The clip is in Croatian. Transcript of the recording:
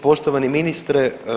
Poštovani ministre.